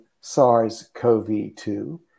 SARS-CoV-2